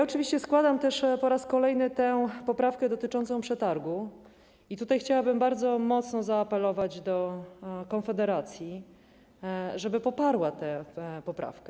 Oczywiście składam też po raz kolejny poprawkę dotyczącą przetargu i chciałabym bardzo mocno zaapelować do Konfederacji, żeby poparła tę poprawkę.